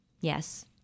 Yes